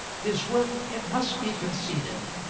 his work, it must be conceded,